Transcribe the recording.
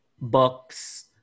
books